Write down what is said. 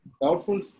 Doubtful